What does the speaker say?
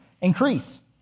increase